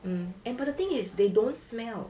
mm and but the thing is they don't smell